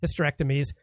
hysterectomies